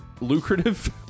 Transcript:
lucrative